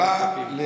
אתה רואה?